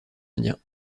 indien